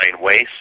waste